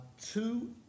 two